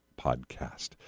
podcast